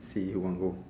she won't go